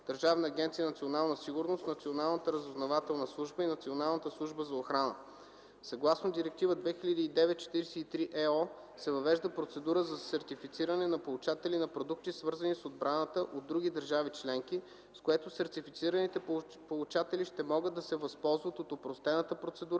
Държавна агенция „Национална сигурност”, Националната разузнавателна служба и Националната служба за охрана. Съгласно Директива 2009/43/ЕО се въвежда процедура за сертифициране на получатели на продукти, свързани с отбраната, от други държави членки, с което сертифицираните получатели ще могат да се възползват от опростената процедура